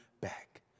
back